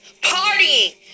Partying